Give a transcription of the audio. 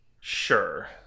Sure